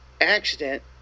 accident